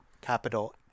capital